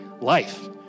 life